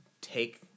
take